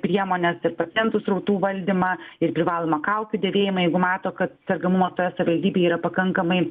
priemones ir pacientų srautų valdymą ir privalomą kaukių dėvėjimą jeigu mato kad sergamumo ta savivaldybė yra pakankamai